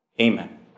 Amen